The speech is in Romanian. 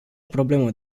problemă